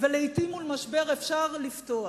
ולעתים מול משבר אפשר לפתוח.